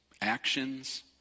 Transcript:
actions